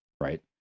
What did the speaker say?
right